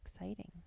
exciting